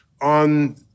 on